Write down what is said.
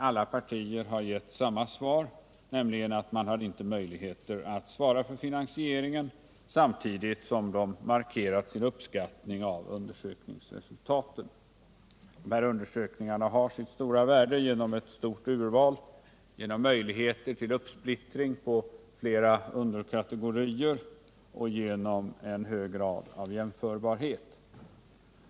Alla partier har givit samma svar, nämligen att de inte har möjlighet att svara för finansieringen, samtidigt som de markerat sin uppskattning av att undersökningarna görs. Dessa undersökningar har sitt stora värde genom ett stort urval, genom möjligheter till uppsplittring på flera underkategorier och genom en hög grad av jämförbarhet.